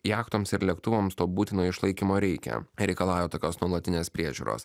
jachtoms ir lėktuvams to būtinojo išlaikymo reikia reikalauja tokios nuolatinės priežiūros